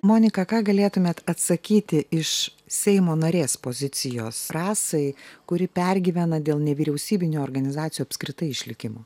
monika ką galėtumėt atsakyti iš seimo narės pozicijos rasai kuri pergyvena dėl nevyriausybinių organizacijų apskritai išlikimo